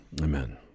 Amen